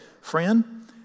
friend